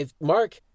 Mark